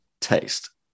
taste